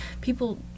People